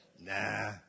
Nah